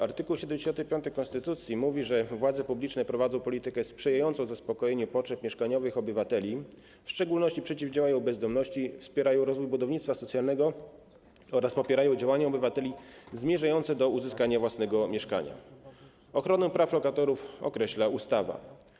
Art. 75 konstytucji mówi, że władze publiczne prowadzą politykę sprzyjającą zaspokojeniu potrzeb mieszkaniowych obywateli, w szczególności przeciwdziałają bezdomności, wspierają rozwój budownictwa socjalnego oraz popierają działania obywateli zmierzające do uzyskania własnego mieszkania, i że ochronę praw lokatorów określa ustawa.